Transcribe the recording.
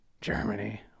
Germany